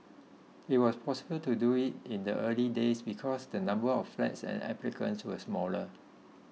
it was possible to do it in the early days because the number of flats and applicants were smaller